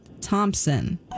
Thompson